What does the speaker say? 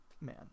man